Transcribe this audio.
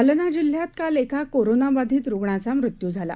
जालना जिल्ह्यात काल एका कोरोनाबाधित रुग्णाचा मृत्यू झाला